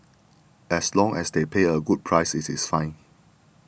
as long as they pay a good price it is fine